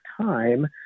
time